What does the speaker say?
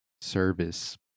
service